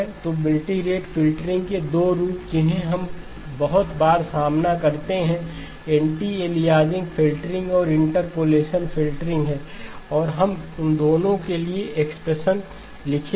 तो multirate filtering के दो रूप जिन्हें हम बहुत बार सामना करते हैं एंटी अलियासिंग फ़िल्टरिंग और इंटरपोलेशन फ़िल्टरिंग हैं और हम उन दोनों के लिए एक्सप्रेशन लिखेंगे